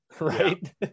Right